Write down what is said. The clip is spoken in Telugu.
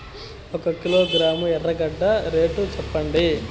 ఒక కిలోగ్రాము ఎర్రగడ్డ రేటు సెప్పండి?